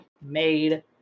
made